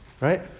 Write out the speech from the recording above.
Right